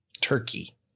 Turkey